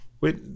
wait